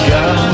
God